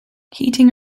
heating